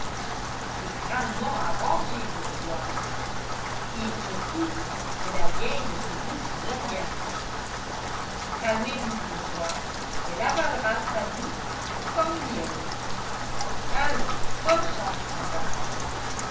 c'est crânement arrangé bourgeois et surtout que la vieille ne se doute de rien calmez-vous bourgeois elle avalera ça doux comme miel allons bonne chance mon garçon